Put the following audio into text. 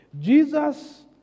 Jesus